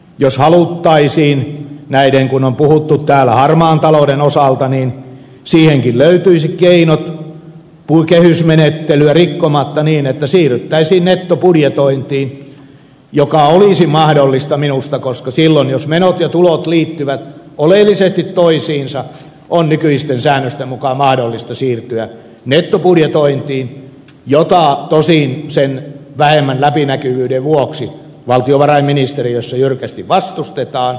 jos haluttaisiin näiden kun täällä on puhuttu harmaasta taloudesta niin siihenkin löytyisi keinot kehysmenettelyä rikkomatta niin että siirryttäisiin nettobudjetointiin mikä olisi minusta mahdollista koska silloin jos menot ja tulot liittyvät oleellisesti toisiinsa on nykyisten säännösten mukaan mahdollista siirtyä nettobudjetointiin jota tosin sen vähemmän läpinäkyvyyden vuoksi valtiovarainministeriössä jyrkästi vastustetaan